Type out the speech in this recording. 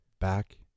back